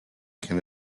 can